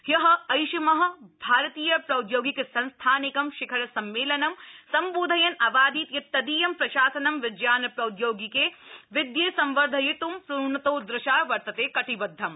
ह्य ऐषम भारतीय प्रौद्योगिक संस्थानिकं शिखर सम्मेलनं सम्बोधयन् अवादीत् यत् तदीयं प्रशासनं विज्ञान प्रौद्यौगिक विदये संवर्धयित् ़्र्णतोदृशा वर्तते कटिबदधम्